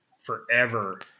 forever